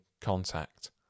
contact